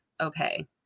okay